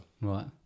Right